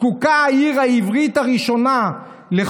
זקוקה העיר העברית הראשונה לחותם יהודי מיוחד.